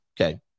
okay